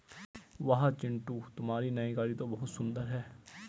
वाह चिंटू तुम्हारी नई गाड़ी तो बहुत सुंदर है